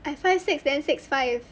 I five six then six five